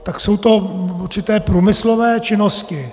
Tak jsou to určité průmyslové činnosti.